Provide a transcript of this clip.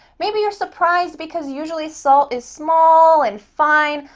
maybe you're surprised, because usually salt is small and fine,